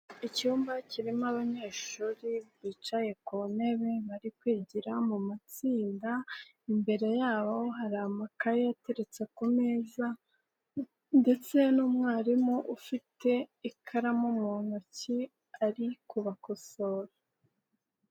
Icyumba kirimo abanyeshuri bicaye ku ntebe bari kwigira mu matsinda imbere yabo hari amakaye yateretse ku meza, ndetse n'umwarimu ufite ikaramu mu ntoki ari kubakosora.